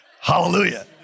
Hallelujah